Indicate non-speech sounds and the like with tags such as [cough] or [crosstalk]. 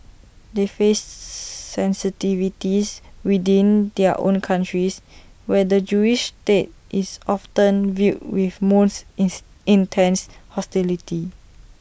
they face [noise] sensitivities within their own countries where the Jewish state is often viewed with moose its intense hostility